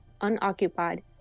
unoccupied